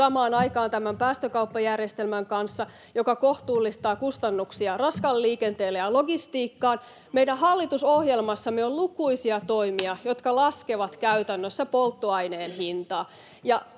samaan aikaan tämän päästökauppajärjestelmän kanssa, joka kohtuullistaa kustannuksia raskaalle liikenteelle ja logistiikkaan, niin myös meidän hallitusohjelmassamme on lukuisia toimia, jotka laskevat käytännössä polttoaineen hintaa,